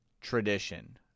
tradition